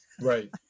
Right